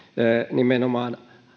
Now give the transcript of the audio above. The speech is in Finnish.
nimenomaan